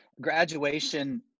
graduation